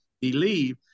believe